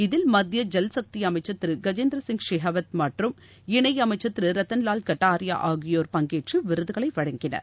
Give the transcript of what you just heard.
இதில் மத்திய ஜல் சக்தி அமைச்சர் திரு கஜேந்திர சிங் ஷெகாவத் மற்றும் இணை அமைச்சர் திரு ரத்தன் லால் கட்டாரியா ஆகியோர் பங்கேற்று விருதுகளை வழங்கினர்